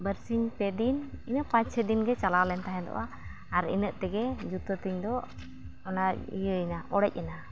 ᱵᱟᱨᱥᱤᱧ ᱯᱮᱫᱤᱱ ᱤᱱᱟᱹ ᱯᱟᱸᱪᱼᱪᱷᱚ ᱫᱤᱱᱜᱮ ᱪᱟᱞᱟᱣᱮᱱ ᱛᱟᱦᱮᱸᱫᱚᱜᱼᱟ ᱟᱨ ᱤᱱᱟᱹᱜ ᱛᱮᱜᱮ ᱡᱩᱛᱟᱹ ᱛᱤᱧᱫᱚ ᱚᱱᱟ ᱤᱭᱟᱹᱭᱱᱟ ᱚᱲᱮᱡᱮᱱᱟ